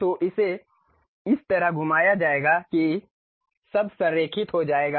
तो इसे इस तरह घुमाया जाएगा कि सब कुछ संरेखित हो जाएगा